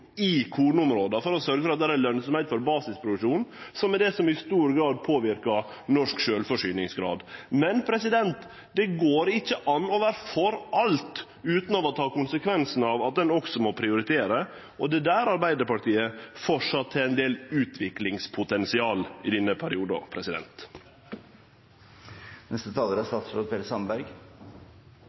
på kornområda. Difor er det styrkt satsing på korn i kornområda for å sørgje for lønsemd for basisproduksjonen, som er det som i stor grad påverkar norsk sjølvforsyningsgrad. Men det går ikkje an å vere for alt utan å ta konsekvensen av at ein også må prioritere. Det er der Arbeidarpartiet framleis har eit utviklingspotensial i denne